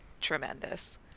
tremendous